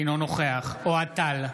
אינו נוכח אוהד טל,